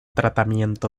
tratamiento